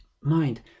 mind